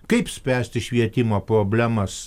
kaip spręsti švietimo problemas